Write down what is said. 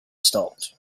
stopped